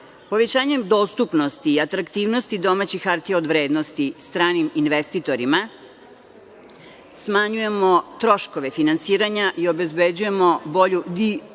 kapitala. Povećanjem dostupnosti i atraktivnosti domaćih hartija od vrednosti stranim investitorima smanjujemo troškove finansiranja i obezbeđujemo bolju diversifikaciju